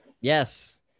Yes